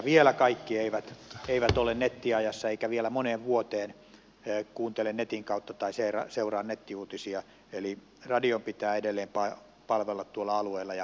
vielä kaikki eivät ole nettiajassa eivätkä vielä moneen vuoteen kuuntele netin kautta tai seuraa nettiuutisia eli radion pitää edelleen palvella suomalaisia tuolla alueilla ja paikallisesti